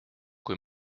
kui